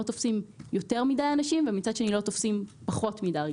תופסים יותר מדי אנשים ומצד שני אנחנו לא תופסים פחות מדי אנשים.